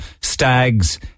stags